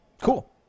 Cool